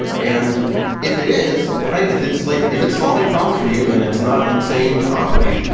and if it is, right? if it's like if it's solving problems for you and it's not insane to operate,